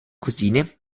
cousine